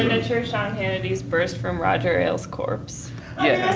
and miniature sean hannitys burst from roger ailes' corpse yeah